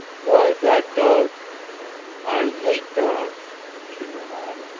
why, that dog i hate dogs, she went on,